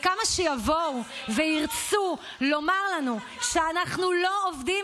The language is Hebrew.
וכמה שיבואו וירצו לומר לנו שאנחנו לא עובדים,